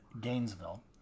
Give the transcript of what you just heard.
Gainesville